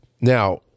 now